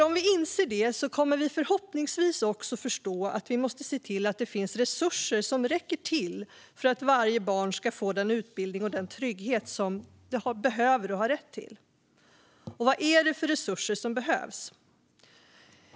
Om vi inser det kommer vi förhoppningsvis också att förstå att vi måste se till att det finns resurser som räcker till för att varje barn ska få den utbildning och den trygghet som det behöver och har rätt till. Vad är det för resurser som behövs?